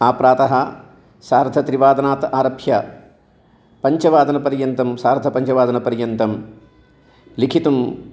आप्रातः सार्धत्रिवादनात् आरभ्य पञ्चवादनपर्यन्तं सार्धपञ्चवादनपर्यन्तं लिखितुम्